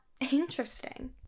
interesting